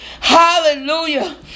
hallelujah